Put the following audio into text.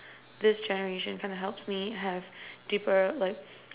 this generation kinda helps me have deeper like